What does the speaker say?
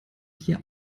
wir